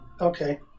Okay